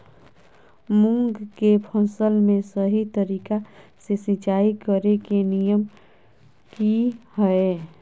मूंग के फसल में सही तरीका से सिंचाई करें के नियम की हय?